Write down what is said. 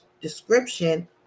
description